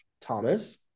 thomas